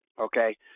Okay